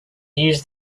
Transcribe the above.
used